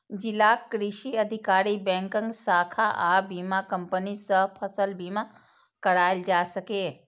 जिलाक कृषि अधिकारी, बैंकक शाखा आ बीमा कंपनी सं फसल बीमा कराएल जा सकैए